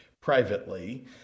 privately